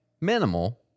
Minimal